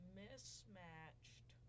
mismatched